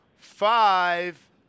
Five